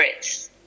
Brits